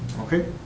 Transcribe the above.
okay